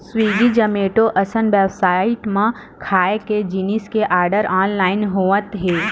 Swiggy, Zomato असन website म खाए के जिनिस के आरडर ऑनलाइन होवत हे